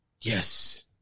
Yes